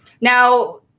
Now